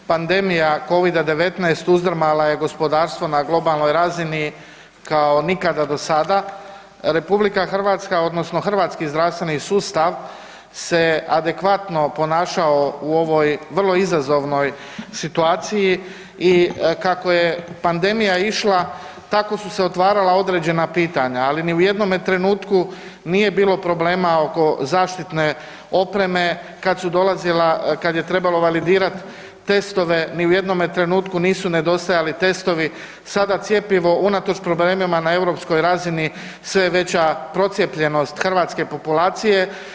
Pandemija covida-19 uzdrmala je gospodarstvo na globalnoj razini kao nikada do sada, RH odnosno hrvatski zdravstveni sustav se adekvatno ponašao u ovoj vrlo izazovnoj situaciji i kako je pandemija išla tako su se otvarala određena pitanja, ali ni u jednome trenutku nije bilo problema oko zaštitne opreme, kad je trebalo validirat testove ni u jednome trenutku nisu nedostajali testovi, sada cjepivo unatoč problemima na europskoj razini sve je veća procijepljenost hrvatske populacije.